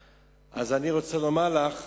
אז אני רוצה לומר לך